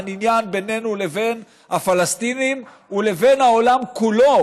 הן עניין בינינו לבין הפלסטינים ולבין העולם כולו,